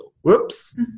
Whoops